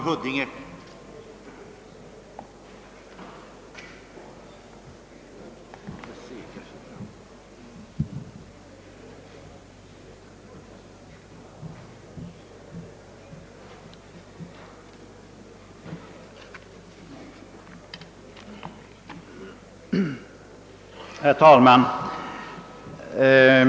Herr talman!